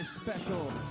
special